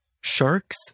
Sharks